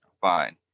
fine